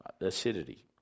acidity